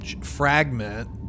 fragment